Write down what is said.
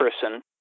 person